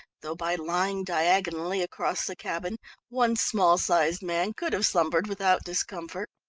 though by lying diagonally across the cabin one small-sized man could have slumbered without discomfort.